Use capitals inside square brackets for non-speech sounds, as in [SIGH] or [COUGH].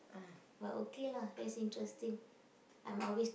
[NOISE] but okay lah that's interesting I'm always